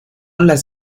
las